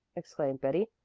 exclaimed betty,